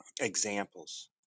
examples